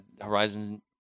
Horizon